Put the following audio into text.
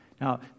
Now